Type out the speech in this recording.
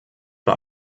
war